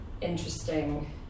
interesting